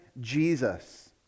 Jesus